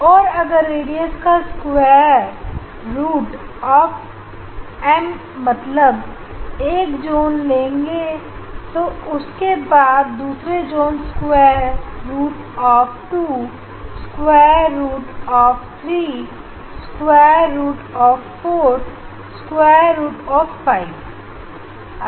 और अगर रेडियस को स्क्वायर रूट ऑफ़ एम मतलब 1 जून लेंगे तो उसके बाद दूसरा जून square root of two square root of 3 square root of 4 square root of 5